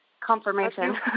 Confirmation